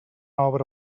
obra